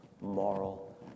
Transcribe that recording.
moral